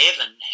heaven